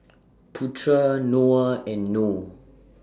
Putra Noah and Noh